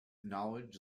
knowledge